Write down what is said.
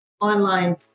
online